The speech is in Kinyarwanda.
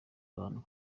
abantu